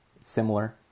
Similar